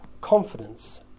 confidence